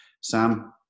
Sam